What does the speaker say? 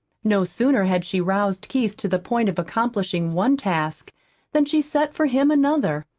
no sooner had she roused keith to the point of accomplishing one task than she set for him another.